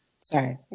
Sorry